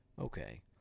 Okay